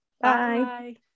Bye